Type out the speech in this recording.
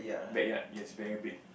backyard yes very big